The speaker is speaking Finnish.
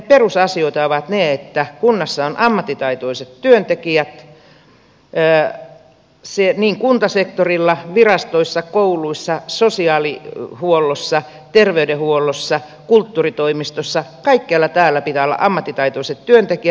perusasioita ovat ne että kunnassa on ammattitaitoiset työntekijät niin kuntasektorilla virastoissa kouluissa sosiaalihuollossa terveydenhuollossa kulttuuritoimistossa kaikkialla täällä pitää olla ammattitaitoiset työntekijät